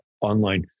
online